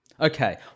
okay